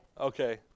okay